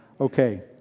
Okay